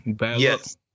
Yes